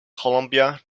colombia